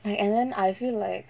and and then I feel like